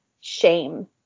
shame